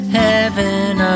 heaven